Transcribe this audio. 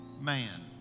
man